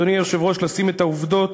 אדוני היושב-ראש, לשים את העובדות,